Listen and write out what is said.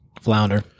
Flounder